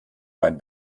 mein